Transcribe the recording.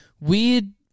weird